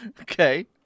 Okay